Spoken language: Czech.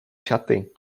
šaty